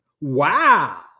Wow